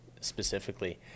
specifically